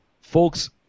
Folks